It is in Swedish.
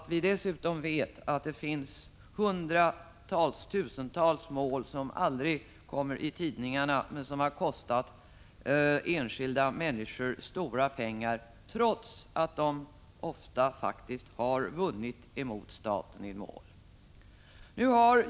Dessutom vet vi att det finns hundratals, ja tusentals mål som aldrig kommer i tidningarna men som har kostat enskilda människor stora pengar, trots att dessa har vunnit mot staten.